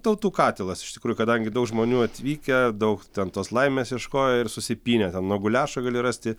tautų katilas iš tikrųjų kadangi daug žmonių atvykę daug ten tos laimės ieškojo ir susipynė ten nuo guliašo gali rasti